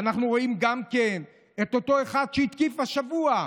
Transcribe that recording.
ואנחנו רואים גם את אותו אחד שהתקיף השבוע.